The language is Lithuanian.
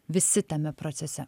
visi tame procese